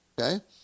okay